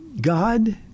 God